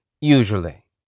Usually